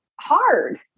hard